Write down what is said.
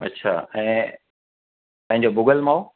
अच्छा ऐं पंहिंजो भुॻल माओ